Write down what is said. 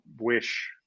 wish